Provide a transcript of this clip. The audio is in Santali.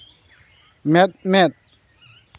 ᱢᱮᱫ ᱢᱮᱫ